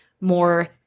more